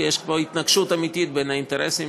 כי יש פה התנגשות אמיתית בין האינטרסים,